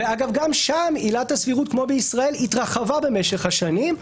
ואגב גם שם עילת הסבירות כמו בישראל התרחבה במשך השנים,